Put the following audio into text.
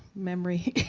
memory.